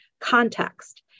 context